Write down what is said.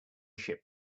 ship